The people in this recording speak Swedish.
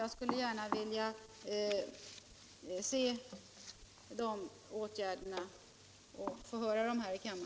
Jag vill gärna här i kammaren höra något om de åtgärderna.